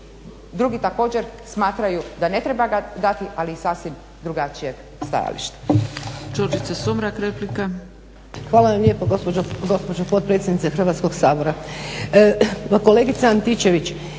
drugi također smatraju da ne treba ga dati ali iz sasvim drugačijeg stajališta.